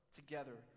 together